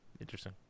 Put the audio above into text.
interesting